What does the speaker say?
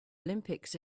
olympics